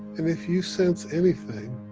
and if you sense anything